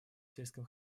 сельском